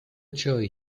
joy